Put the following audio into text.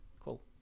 Cool